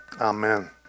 Amen